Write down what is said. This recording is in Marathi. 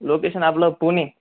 लोकेशन आपलं पुणे